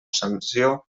sanció